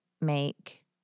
make